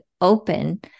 open